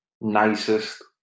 nicest